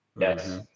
yes